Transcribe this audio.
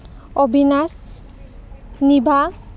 Abinash Nibha